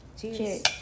cheers